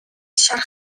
шарх